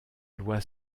loi